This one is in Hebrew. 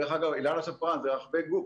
דרך אגב, אילנה שפרן, זה רחבי גוף.